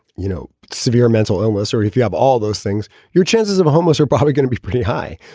you know, severe mental illness, or if you have all those things, your chances of homeless are probably going to be pretty high.